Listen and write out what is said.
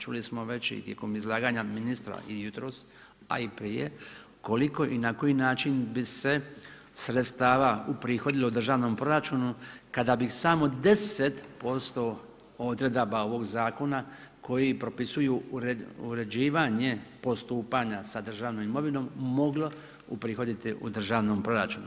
Čuli smo već i tijekom izlaganja ministra i jutros, a i prije koliko i na koji način bi se sredstava uprihodilo u državnom proračunu kada bi samo 10% odredaba ovog zakona koji propisuju uređivanje postupanja sa državnom imovinom moglo uprihoditi u državnom proračunu.